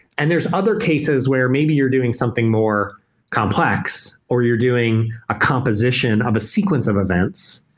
and there's other cases where maybe you're doing something more complex or you're doing a composition of a sequence of events,